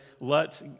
let